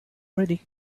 ready